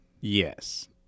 Yes